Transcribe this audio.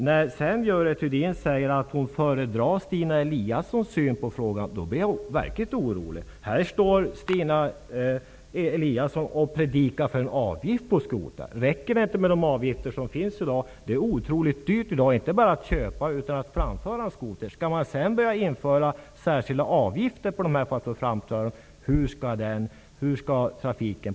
När sedan Görel Thurdin säger att hon föredrar Stina Eliassons syn på frågan blir jag verkligt orolig. Räcker det inte med de avgifter som finns i dag? Det är otroligt dyrt inte bara att köpa utan också att framföra en skoter. Hur skall trafiken se ut i framtiden om man inför särskilda avgifter för att framföra skotrarna?